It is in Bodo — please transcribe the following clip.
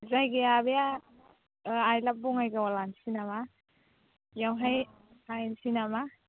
जायगाया बे आइ लाभ बङाइगावआव लानोसै नामा बेवहाय लाहैनोसै नामा